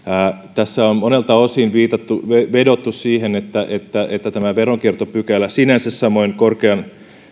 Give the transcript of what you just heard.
tässä on monelta osin vedottu siihen että että tämä veronkiertopykälä sinänsä ja samoin